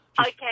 Okay